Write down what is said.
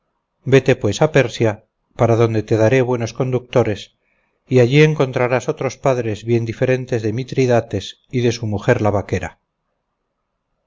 vete pues a persia para donde te daré buenos conductores y allí encontrarás otros padres bien diferentes de mitradates y de su mujer la vaquera